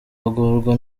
agorwa